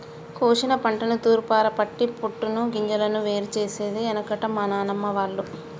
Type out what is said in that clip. కోశిన పంటను తూర్పారపట్టి పొట్టును గింజలను వేరు చేసేది ఎనుకట మా నానమ్మ వాళ్లు